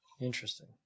Interesting